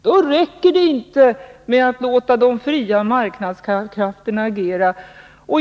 Då räcker det inte med att låta de fria marknadskrafterna agera.